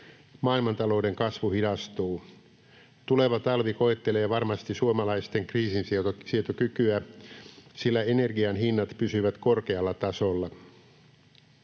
Maailmantalouden kasvu hidastuu. Tuleva talvi koettelee varmasti suomalaisten kriisinsietokykyä, sillä energian hinnat pysyvät korkealla tasolla.